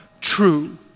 true